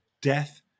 Death